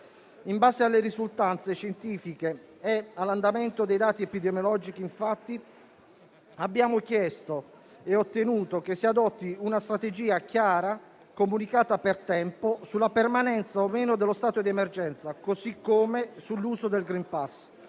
In base alle risultanze scientifiche e all'andamento dei dati epidemiologici, infatti, abbiamo chiesto e ottenuto che si adotti una strategia chiara, comunicata per tempo, sulla permanenza o meno dello stato di emergenza, così come sull'uso del *green pass*,